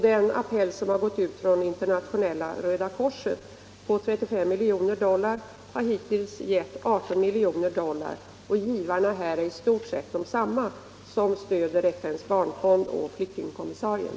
Den appell som har gått ut från Internationella Röda korset om 35 miljoner dollar har hittills gett 18 miljoner dollar, och givarna här är i stort sett desamma som stöder FN:s barnfond och flyktingkommissarien.